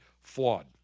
flawed